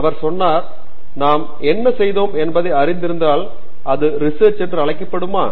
அவர் சொன்னார் நாம் என்ன செய்தோம் என்பதை அறிந்திருந்தால் அது ரிசெர்ச் என்று அழைக்கப்படுமா